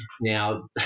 now